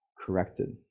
corrected